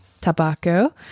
tobacco